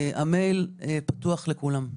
המייל, פתוח לכולם.